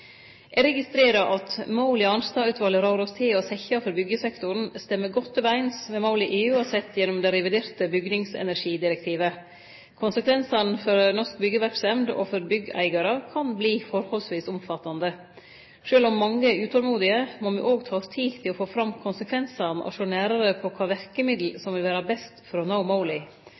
Eg registrerer at måla Arnstad-utvalet rår oss til å setje for byggsektoren, stemmer godt overeins med måla EU har sett gjennom det reviderte bygningsenergidirektivet. Konsekvensane for norsk byggjeverksemd og for byggeigarar kan verte forholdsvis omfattande. Sjølv om mange er utolmodige, må me òg ta oss tid til å få fram konsekvensane og sjå nærare på kva verkemiddel som vil vere best for å nå måla.